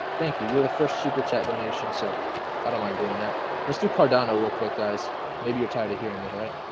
thank you you're the first super jet donation, so i don't mind doing that let's do cardio real quick guys maybe you're tired of hearing me right